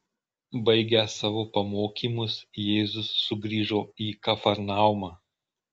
baigęs savo pamokymus jėzus sugrįžo į kafarnaumą